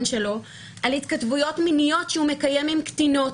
שלו על התכתבויות מיניות שהוא מקיים עם קטינות.